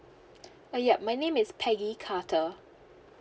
uh yup my name is peggy carter